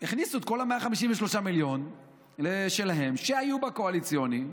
הכניסו את כל ה-153 מיליון שלהם שהיו בקואליציוני,